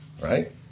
right